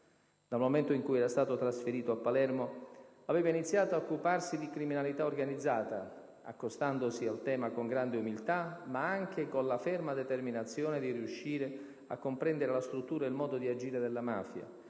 Dal momento in cui era stato trasferito a Palermo, aveva iniziato ad occuparsi di criminalità organizzata, accostandosi al tema con grande umiltà, ma anche con la ferma determinazione di riuscire a comprendere la struttura ed il modo di agire della mafia,